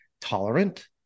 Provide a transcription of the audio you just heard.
tolerant